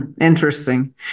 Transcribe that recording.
Interesting